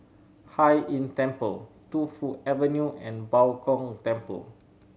Hai Inn Temple Tu Fu Avenue and Bao Gong Temple